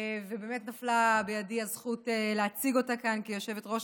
נפלה בידי הזכות להציג אותה כאן כיושבת-ראש